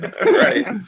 Right